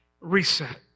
reset